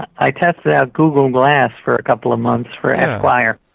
i tested out google glass for a couple of months for esquire,